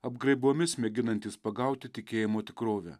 apgraibomis mėginantys pagauti tikėjimo tikrovę